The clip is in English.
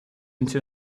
into